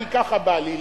כי ככה בא לי.